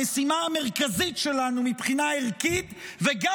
המשימה המרכזית שלנו מבחינה ערכית וגם